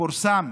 שפורסם